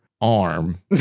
arm